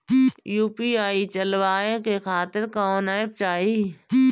UPI चलवाए के खातिर कौन एप चाहीं?